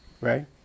Right